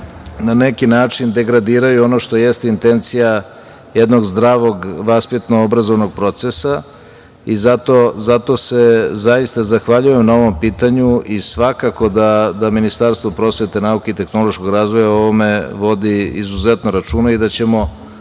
Na neki način i degradiraju ono što je intencija jednog zdravog obrazovnog procesa. Zato se zaista zahvaljujem na ovom pitanju i svakako da Ministarstvo prosvete, nauke i tehnološkog razvoja o ovome vodi izuzetno računa i da ćemo